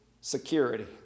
security